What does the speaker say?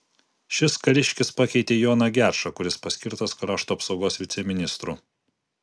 šis kariškis pakeitė joną gečą kuris paskirtas krašto apsaugos viceministru